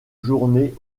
journée